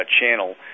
channel